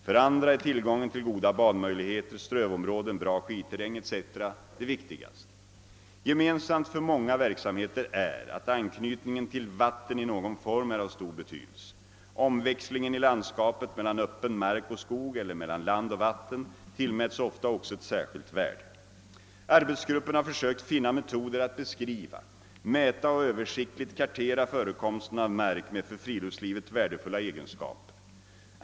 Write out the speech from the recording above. För andra är tillgången till goda badmöjligheter, strövområden, bra skidterräng etc. det viktigaste. Gemensamt för många verksamheter är, att anknytningen till vatten i någon form är av stor betydelse. Omväxlingen i landskapet — mellan öppen mark och skog eller mellan land och vatten — tillmäts ofta också ett särskilt värde. Arbetsgruppen har försökt finna metoder att beskriva, mäta och översiktligt kartera förekomsten av mark med för friluftslivet värdefulla egenskaper.